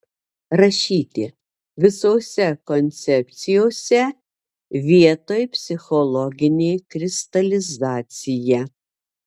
rašyti visose koncepcijose vietoj psichologinė kristalizacija